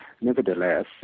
Nevertheless